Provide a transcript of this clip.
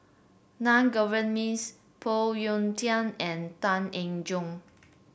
Naa Govindasamy Phoon Yew Tien and Tan Eng Joo